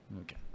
Okay